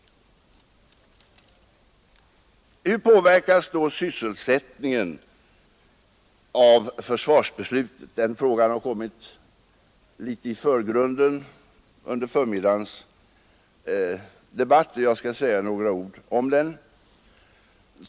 Hur påverkas då sysselsättningen av försvarsbeslutet? Den frågan har kommit litet i förgrunden under förmiddagens debatt, och jag skall säga några ord om den.